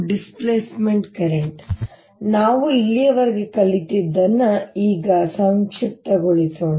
displacement current ನಾವು ಇಲ್ಲಿಯವರೆಗೆ ಕಲಿತದ್ದನ್ನು ಈಗ ಸಂಕ್ಷಿಪ್ತಗೊಳಿಸೋಣ